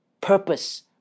purpose